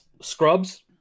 Scrubs